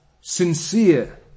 sincere